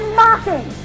mocking